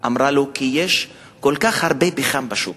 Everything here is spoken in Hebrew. אמרה לו: כי יש כל כך הרבה פחם בשוק.